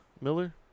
Miller